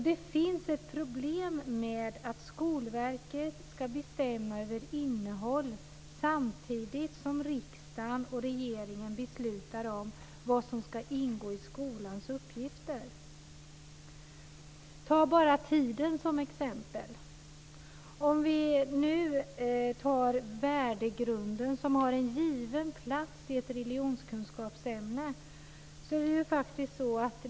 Det finns ett problem med att Skolverket ska bestämma över innehållet samtidigt som riksdagen och regeringen beslutar om vad som ska ingå i skolans uppgifter. Vi kan ta tiden som exempel. Värdegrunden har en given plats i ämnet religionskunskap.